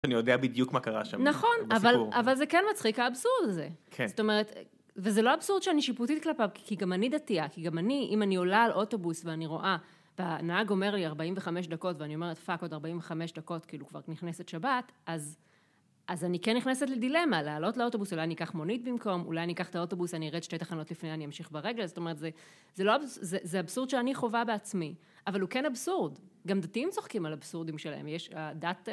אני יודע בדיוק מה קרה שם. נכון, אבל זה כן מצחיק, האבסורד הזה. כן. זאת אומרת, וזה לא אבסורד שאני שיפוטית כלפיו, כי גם אני דתייה, כי גם אני, אם אני עולה על אוטובוס ואני רואה והנהג אומר לי 45 דקות ואני אומרת פאק, עוד 45 דקות כאילו כבר נכנסת שבת, אז אני כן נכנסת לדילמה, לעלות לאוטובוס אולי אני אקח מונית במקום, אולי אני אקח את האוטובוס, אני ארץ שתי תחנות לפני, אני אמשיך ברגל, זאת אומרת, זה אבסורד שאני חווה בעצמי, אבל הוא כן אבסורד. גם דתיים צוחקים על אבסורדים שלהם.